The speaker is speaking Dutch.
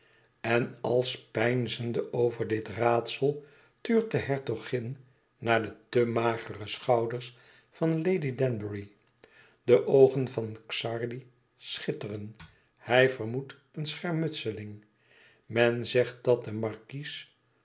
en als peinzende over dit raadsel tuurt de hertogin naar de te magere schouders van ady anbury de oogen van xardi schitteren hij vermoed een scher mutseling men zegt dat de markies